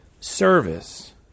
service